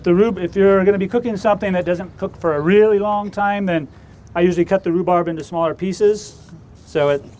the ruby if you're going to be cooking something that doesn't cook for a really long time then i use to cut the rhubarb into smaller pieces so it